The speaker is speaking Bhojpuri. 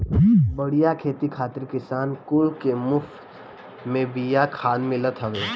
बढ़िया खेती खातिर किसान कुल के मुफत में बिया खाद मिलत हवे